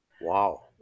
Wow